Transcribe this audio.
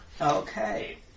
Okay